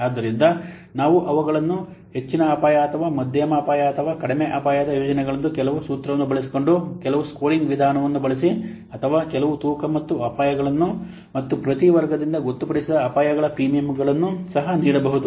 ಆದ್ದರಿಂದ ನಾವು ಅವುಗಳನ್ನು ಹೆಚ್ಚಿನ ಅಪಾಯ ಅಥವಾ ಮಧ್ಯಮ ಅಪಾಯ ಅಥವಾ ಕಡಿಮೆ ಅಪಾಯದ ಯೋಜನೆಗಳೆಂದು ಕೆಲವು ಸೂತ್ರವನ್ನು ಬಳಸಿಕೊಂಡು ಕೆಲವು ಸ್ಕೋರಿಂಗ್ ವಿಧಾನವನ್ನು ಬಳಸಿ ಅಥವಾ ಕೆಲವು ತೂಕ ಮತ್ತು ಅಪಾಯಗಳನ್ನು ಮತ್ತು ಪ್ರತಿ ವರ್ಗದಿಂದ ಗೊತ್ತುಪಡಿಸಿದ ಅಪಾಯಗಳ ಪ್ರೀಮಿಯಂಗಳನ್ನು ಸಹ ನೀಡಬಹುದು